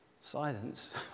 silence